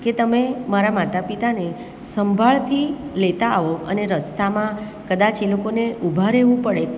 કે તમે મારા માતા પિતાને સંભાળથી લેતા આવો અને રસ્તામાં કદાચ એ લોકોને ઉભા રહેવું પડે